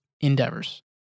endeavors